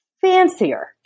fancier